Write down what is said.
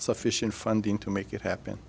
sufficient funding to make it happen